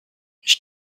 ich